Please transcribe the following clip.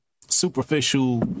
superficial